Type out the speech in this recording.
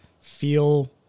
feel